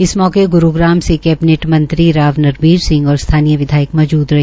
इस मौके पर ग्रूगारम से कैबिनेट मंत्री राव नरवीर सिंह और स्थानीय विधायक मौजूद रहे